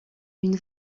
une